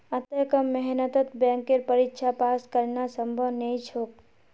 अत्ते कम मेहनतत बैंकेर परीक्षा पास करना संभव नई छोक